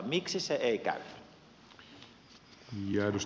miksi se ei käynyt